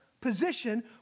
position